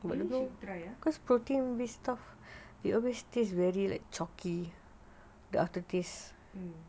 maybe you should try ah